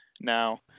now